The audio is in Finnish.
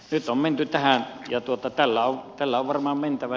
nyt on menty tähän ja tällä on varmaan mentävä